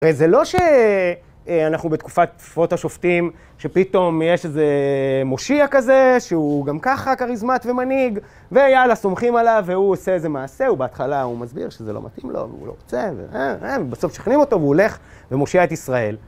זה לא שאנחנו בתקופת פרוט השופטים, שפתאום יש איזה מושיע כזה, שהוא גם ככה, כריזמט ומנהיג, ויאללה, סומכים עליו, והוא עושה איזה מעשה, הוא בהתחלה, הוא מסביר שזה לא מתאים לו, והוא לא רוצה, ובסוף משכנעים אותו, והוא הולך ומושיע את ישראל.